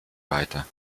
weiter